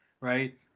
right